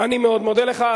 אני מאוד מודה לך.